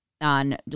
on